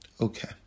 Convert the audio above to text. Okay